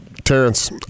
Terrence